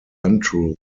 untrue